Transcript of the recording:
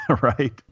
right